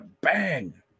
bang